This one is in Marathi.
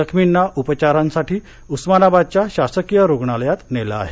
जखमींना उपचारांसाठी उस्मानाबादच्या शासकीय रुग्णालयात नेलं आहे